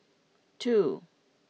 two